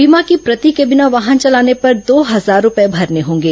बीमा की प्रति के बिना वाहन चलाने पर दो हजार रुपये भरने होंगे